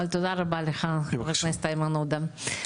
אבל תודה רבה לך חבר הכנסת איימן עודה.